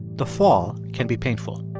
the fall can be painful.